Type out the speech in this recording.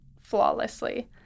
flawlessly